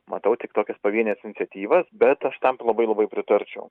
matau tik tokias pavienes iniciatyvas bet tam labai labai pritarčiau